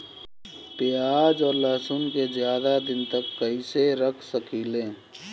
प्याज और लहसुन के ज्यादा दिन तक कइसे रख सकिले?